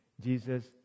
Jesus